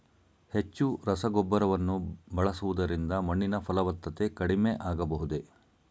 ಹೆಚ್ಚು ರಸಗೊಬ್ಬರವನ್ನು ಬಳಸುವುದರಿಂದ ಮಣ್ಣಿನ ಫಲವತ್ತತೆ ಕಡಿಮೆ ಆಗಬಹುದೇ?